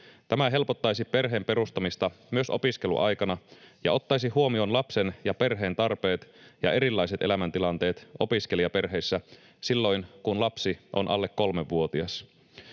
Tämä helpottaisi perheen perustamista myös opiskeluaikana ja ottaisi huomioon lapsen ja perheen tarpeet ja erilaiset elämäntilanteet opiskelijaperheissä silloin, kun lapsi on alle 3-vuotias.